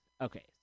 Okay